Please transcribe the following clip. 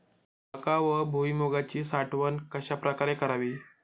मका व भुईमूगाची साठवण कशाप्रकारे करावी?